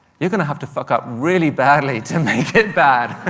you're going to have to fuck up really badly to make it bad.